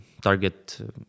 target